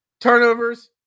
Turnovers